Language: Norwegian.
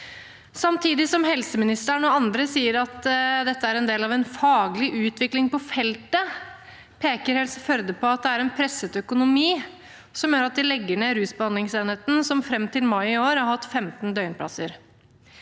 Samtidig som helseministeren og andre sier at dette er en del av en faglig utvikling på feltet, peker Helse Førde på at det er en presset økonomi som gjør at de legger ned rusbehandlingsenheten, som fram til mai i år har hatt 15 døgnplasser.